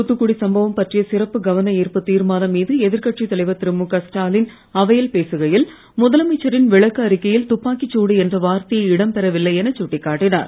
தூத்துக்குடி சம்பவம் பற்றிய சிறப்பு கவனஈர்ப்பு தீர்மானம் மீது எதிர்கட்சித் தலைவர் திருமுகஸ்டாலின் அவையில் பேசுகையில் முதலமைச்சரின் விளக்க அறிக்கையில் துப்பாக்கிச்தடு என்ற வார்த்தையே இடம்பெறவில்லை என கட்டிக்காட்டிஞர்